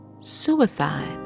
suicide